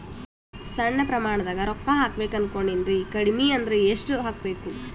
ಸಣ್ಣ ಪ್ರಮಾಣದ ರೊಕ್ಕ ಹಾಕಬೇಕು ಅನಕೊಂಡಿನ್ರಿ ಕಡಿಮಿ ಅಂದ್ರ ಎಷ್ಟ ಹಾಕಬೇಕು?